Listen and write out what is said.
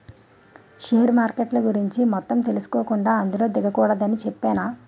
share మార్కెట్ల గురించి మొత్తం తెలుసుకోకుండా అందులో దిగకూడదని చెప్పేనా